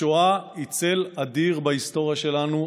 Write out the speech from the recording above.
השואה היא צל אדיר בהיסטוריה שלנו,